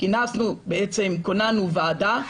כוננו ועדה.